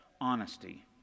Honesty